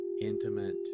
intimate